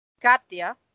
Katia